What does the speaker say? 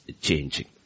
changing